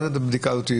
מה הבדיקה הזאת?